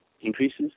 increases